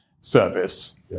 service